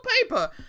paper